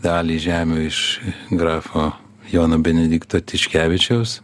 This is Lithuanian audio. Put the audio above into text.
dalį žemių iš grafo jono benedikto tiškevičiaus